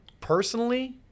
personally